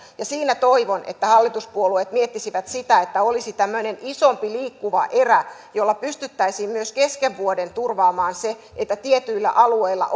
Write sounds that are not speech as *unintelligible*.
toivon että hallituspuolueet miettisivät sitä että olisi tämmöinen isompi liikkuva erä jolla pystyttäisiin myös kesken vuoden turvaamaan se että tietyillä alueilla *unintelligible*